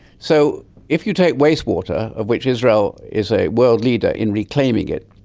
so if you take waste water, of which israel is a world leader in reclaiming it,